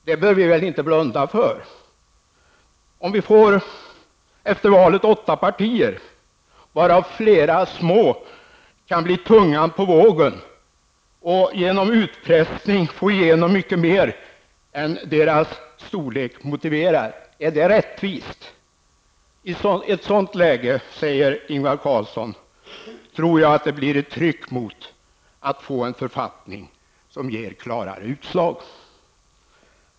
Detta bör vi väl inte blunda för. Om vi efter valet i riksdagen får åtta partier, varav flera små som kan bli tungan på vågen och genom utpressning kan få igenom mycket mer än vad deras storlek motiverar -- är det då rättvist? I ett sådant läge kommer det enligt Ingvar Carlsson att bli ett tryck mot skapandet av en författning som ger klarare utslag.